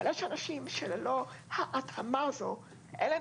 אבל יש אנשים שללא ההתאמה הזו אין להם